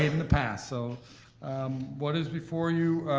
um the past, so what is before you,